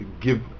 give